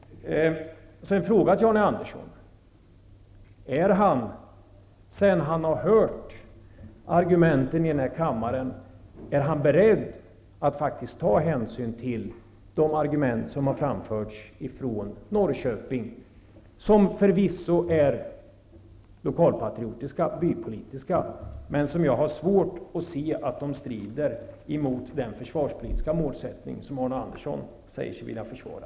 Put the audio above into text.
Är Arne Andersson, efter det att han har hört argumenten i denna kammare, beredd att ta hänsyn till de argument som har framförts ifrån Norrköping? Dessa argument är förvisso lokalpatriotiska och bypolitiska, men jag har svårt att se att de strider mot den försvarspolitiska målsättning som Arne Andersson säger sig vilja försvara.